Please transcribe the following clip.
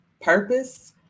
Purpose